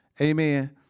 amen